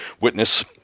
witness